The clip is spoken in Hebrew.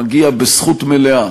מגיע בזכות מלאה,